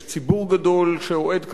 יש ציבור גדול שאוהד כדורגל,